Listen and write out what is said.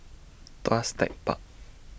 Tuas Tech Park